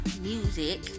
music